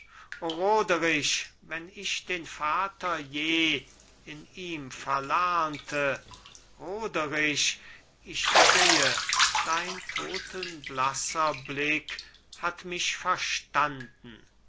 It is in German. roderich wenn ich den vater je in ihm verlernte roderich ich sehe dein totenblasser blick hat mich verstanden